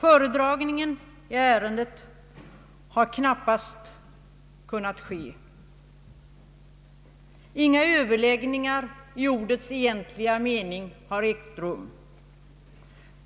Föredragning i ärendet har knappast kunnat ske. Inga överläggningar i ordets egentliga mening har ägt rum.